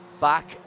back